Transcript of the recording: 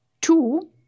two